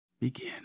begin